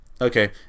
Okay